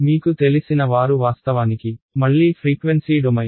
మీకు తెలిసిన వారు వాస్తవానికి మళ్లీ ఫ్రీక్వెన్సీ డొమైన్